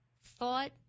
thought